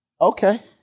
Okay